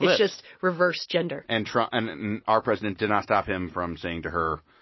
just reverse gender and trump and and our president did not stop him from saying to her,